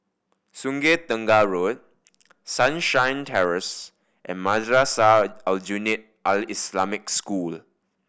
Sungei Tengah Road Sunshine Terrace and Madrasah Aljunied Al Islamic School